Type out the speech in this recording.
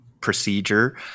procedure